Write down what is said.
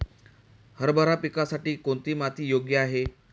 हरभरा पिकासाठी कोणती माती योग्य आहे?